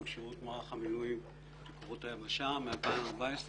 כשירות מערך המילואים וכוחות היבשה מ-2014.